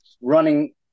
running